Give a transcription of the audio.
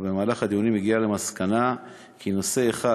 ובמהלך הדיונים הגיעה הוועדה למסקנה כי נושא אחד,